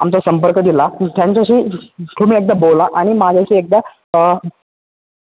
आमचा संपर्क दिला त्यांच्याशी तुम्ही एकदा बोला आणि माझ्याशी एकदा